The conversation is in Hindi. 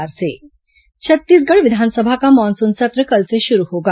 विस सत्र छत्तीसगढ़ विधानसभा का मानसून सत्र कल से शुरू होगा